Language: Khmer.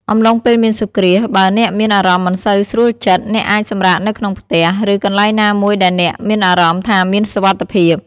អំឡុងពេលមានសូរ្យគ្រាស បើអ្នកមានអារម្មណ៍មិនសូវស្រួលចិត្ត អ្នកអាចសម្រាកនៅក្នុងផ្ទះ ឬកន្លែងណាមួយដែលអ្នកមានអារម្មណ៍ថាមានសុវត្ថិភាព ។